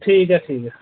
ठीक ऐ ठीक ऐ